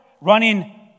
Running